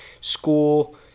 school